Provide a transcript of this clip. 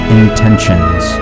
intentions